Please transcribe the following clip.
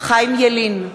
חיים ילין,